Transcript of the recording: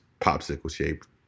popsicle-shaped